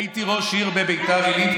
הייתי ראש עיר בביתר עילית,